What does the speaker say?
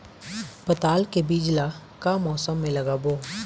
पताल के बीज ला का मौसम मे लगाबो?